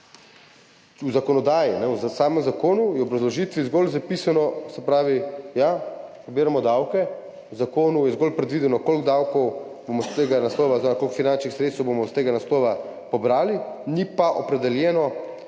V zakonodaji, v samem zakonu je v obrazložitvi zgolj zapisano, se pravi, ja, pobiramo davke. V zakonu je zgolj predvideno, koliko davkov oziroma koliko finančnih sredstev bomo iz tega naslova pobrali, ni pa opredeljeno,